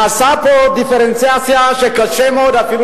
נעשתה פה דיפרנציאציה שקשה מאוד אפילו